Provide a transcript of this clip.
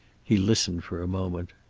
he listened for a moment.